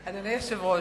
היושב-ראש,